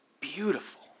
beautiful